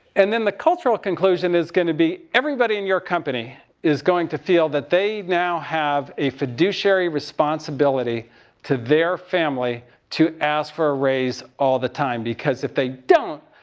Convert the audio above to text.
and then the cultural conclusion is going to be everybody in your company is going to feel that they now have a fiduciary responsibility to their family to ask for a raise all of the time. because if they don't,